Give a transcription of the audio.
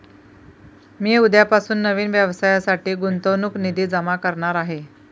मी उद्यापासून नवीन व्यवसायासाठी गुंतवणूक निधी जमा करणार आहे